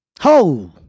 Ho